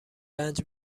رنج